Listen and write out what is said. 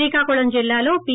శ్రీకాకుళం జిల్లాలో పి